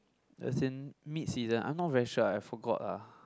as in mid season I'm not very sure I forgot ah